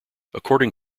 according